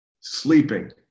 sleeping